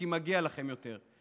כי מגיע לכם יותר.